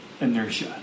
inertia